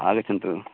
आगच्छन्तु